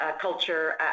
culture